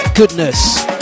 Goodness